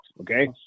okay